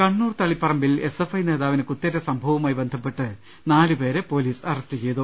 കണ്ണൂർ തളിപ്പറമ്പിൽ S F I നേതാവിന് കുത്തേറ്റ സംഭവവു മായി ബന്ധപ്പെട്ട് നാലു പേരെ പൊലീസ് അറസ്റ്റ് ചെയ്തു